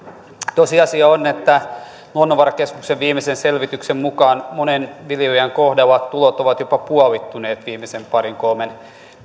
tosiasia on että luonnonvarakeskuksen viimeisen selvityksen mukaan monen viljelijän kohdalla tulot ovat jopa puolittuneet viimeisen parin kolmen